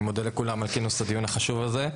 אני מודה לכולם על כינוס הדיון החשוב הזה.